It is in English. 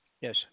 Yes